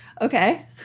Okay